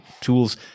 tools